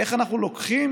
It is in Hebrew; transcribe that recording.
איך אנחנו לוקחים